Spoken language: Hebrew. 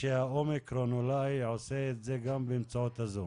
שהאומיקרון אולי עושה את זה גם באמצעות הזום.